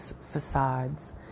facades